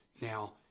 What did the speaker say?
Now